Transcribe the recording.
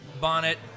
Bonnet